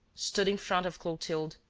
stood in front of clotilde,